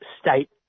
state